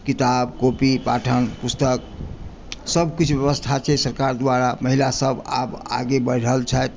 किताब कॉपी पाठन पुस्तक सभ किछु व्यवस्था छै सरकार द्वारा महिला सभ अब आगे बढ़ि रहल छथि